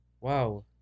Wow